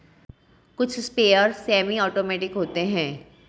कुछ sprayer semi automatic होते हैं